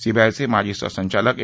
CBI चे माजी सहसंचालक ए